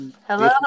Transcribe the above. Hello